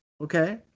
Okay